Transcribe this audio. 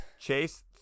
Chase